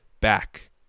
back